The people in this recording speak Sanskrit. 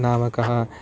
नामकः